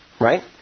right